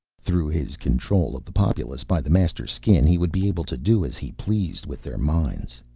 through his control of the populace by the master skin, he would be able to do as he pleased with their minds.